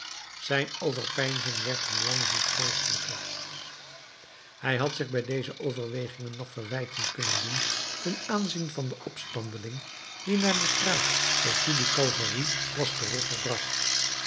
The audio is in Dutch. zijn overpeinzing werd hoe langer hoe vreeselijker hij had zich bij deze overwegingen nog verwijten kunnen doen ten aanzien van den opstandeling die naar de straat des filles du calvaire was teruggebracht